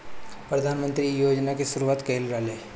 प्रधानमंत्री इ योजना के शुरुआत कईले रलें